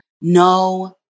no